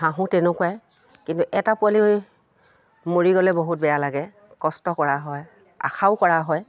হাঁহো তেনেকুৱাই কিন্তু এটা পোৱালি মৰি গ'লে বহুত বেয়া লাগে কষ্ট কৰা হয় আশাও কৰা হয়